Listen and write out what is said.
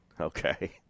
Okay